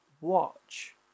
watch